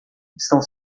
estão